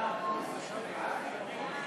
סעיפים 1